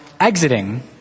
exiting